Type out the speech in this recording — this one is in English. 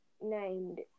named